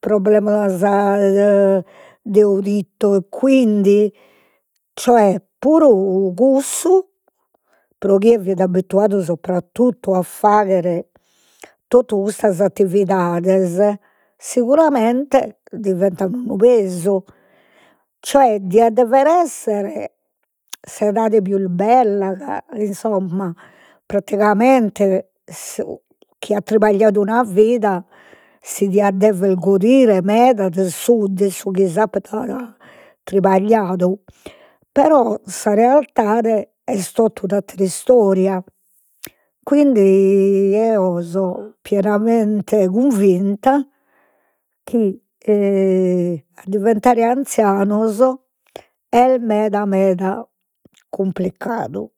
problemas de uditu, quindi cioè puru cussu, pro chie fit abbituadu subrattotu a fagher totu custas attividades, siguramente diventat unu pesu, cioè diat dever esser s'edade pius bella ca insomma praticamente chie at tribagliadu una vida, si diat dever goder meda de su de su chi s'at tribagliadu, però sa realidade est tota un'attera istoria, quindi eo so pienamente cunvinta chi a diventare anzianos est meda meda cumplicadu